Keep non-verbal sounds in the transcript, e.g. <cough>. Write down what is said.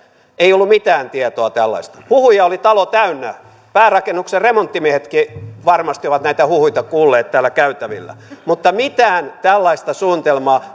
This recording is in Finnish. ei ollut mitään tietoa tällaisesta huhuja oli talo täynnä päärakennuksen remonttimiehetkin varmasti ovat näitä huhuja kuulleet näillä käytävillä mutta mitään tällaista suunnitelmaa <unintelligible>